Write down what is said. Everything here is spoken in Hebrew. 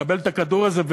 לקבל את הכדור הזה.